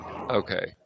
Okay